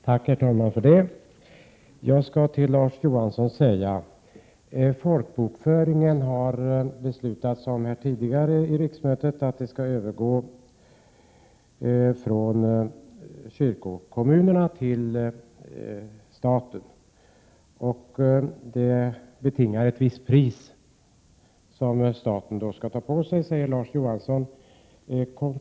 Herr talman! Till Larz Johansson vill jag säga att det beslutades tidigare under riksmötet att folkbokföringen skall övergå från kyrkokommunerna till staten. Det uppstår då en viss kostnad som staten får ta på sig, säger Larz Johansson.